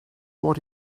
what